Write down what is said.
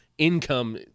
income